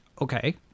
Okay